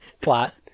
plot